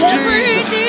Jesus